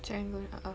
Serangoon a'ah